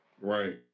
Right